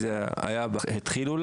אולי זה התחיל,